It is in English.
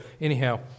anyhow